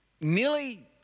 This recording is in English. nearly